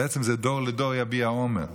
בעצם זה "דור לדור יביע אומר",